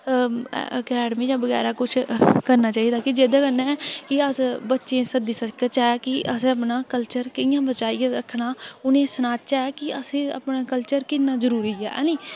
academy जां बगैरा किश करना चाहिदा कि जेह्दे कन्नै कि अस बच्चें गी सद्दी सकचै कि अस अपना कल्चर कि'यां बचाइयै रक्खना उ'नें ई सनाचै कि असें ई अपना कल्चर किन्ना जरूरी हैनी